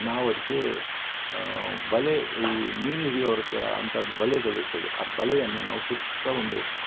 ನಾವು ಅದಕ್ಕೆ ಬಲೆ ಈ ಮೀನು ಹಿಡಿಯುವವ್ರ ಹತ್ರ ಅಂಥದ್ದು ಬಳೆಗಳು ಇರ್ತದೆ ಆ ಬಲೆಯನ್ನು ನಾವು ಸುತ್ತ ಒಂದು